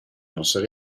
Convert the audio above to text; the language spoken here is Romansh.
nossa